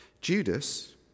Judas